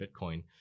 Bitcoin